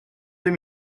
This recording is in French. deux